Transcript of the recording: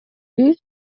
биз